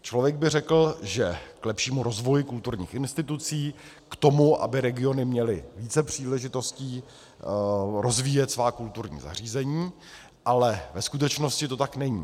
Člověk by řekl, že k lepšímu rozvoji kulturních institucí, k tomu, aby regiony měly více příležitostí rozvíjet svá kulturní zařízení, ale ve skutečnosti to tak není.